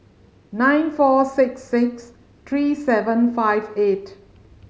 nine four six six three seven five eight